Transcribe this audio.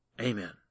Amen